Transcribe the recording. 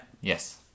Yes